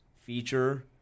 feature